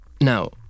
Now